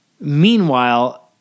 Meanwhile